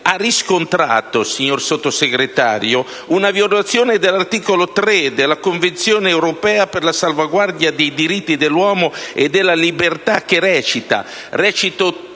ha riscontrato, signor Sottosegretario, una violazione dell'articolo 3 della Convenzione europea per la salvaguardia dei diritti dell'uomo e della libertà.